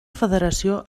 federació